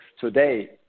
today